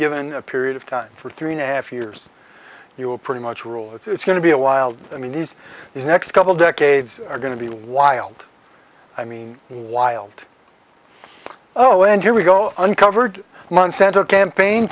given a period of time for three and a half years you will pretty much rule it's going to be a wild i mean these next couple decades are going to be wild i mean wild oh and here we go uncovered monsanto campaign